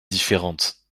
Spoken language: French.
différentes